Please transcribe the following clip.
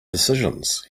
decisions